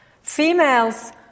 Females